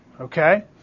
okay